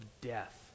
death